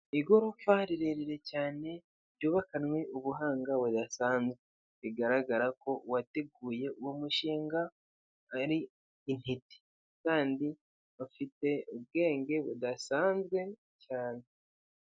Igorofa rirerire cyane ryubakanywe ubuhanga budasanzwe; bigaragara ko uwateguye uwo mushinga ari intiti, kandi bafite ubwenge budasanzwe cyane.